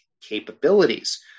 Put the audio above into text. capabilities